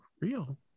real